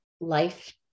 life